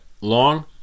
long